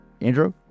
Andrew